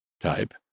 type